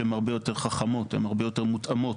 שהן הרבה יותר חכמות והרבה יותר מותאמות